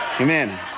Amen